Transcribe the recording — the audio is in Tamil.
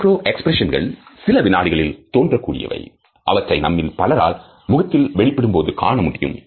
மேக்ரோ எக்ஸ்பிரஷன்கள் சில வினாடிகளில் தோன்றக் கூடியவை அவற்றை நம்மில் பலரால் முகத்தில் வெளிப்படும் போது காணமுடியும்